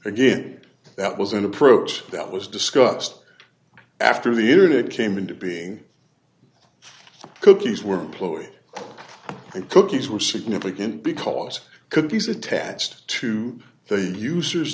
again that was an approach that was discussed after the internet came into being cookies were employed and cookies were significant because cookies attached to the user